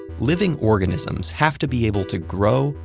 living organisms have to be able to grow,